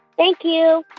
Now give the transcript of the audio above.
thank you